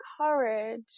courage